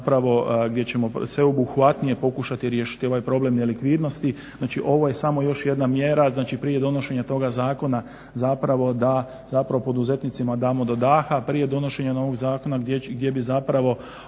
gdje ćemo sveobuhvatnije pokušati riješiti ovaj problem nelikvidnosti. Znači, ovo je samo još jedna mjera prije donošenja toga zakona zapravo da poduzetnicima damo do daha prije donošenja novog zakona gdje bi zapravo